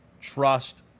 trust